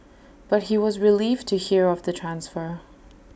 but he was relieved to hear of the transfer